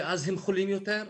ואז הם חולים יותר,